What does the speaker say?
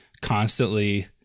constantly